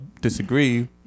disagree